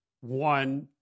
one